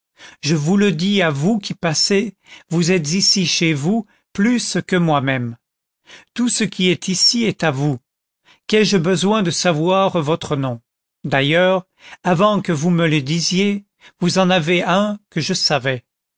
je vous le dis à vous qui passez vous êtes ici chez vous plus que moi-même tout ce qui est ici est à vous qu'ai-je besoin de savoir votre nom d'ailleurs avant que vous me le disiez vous en avez un que je savais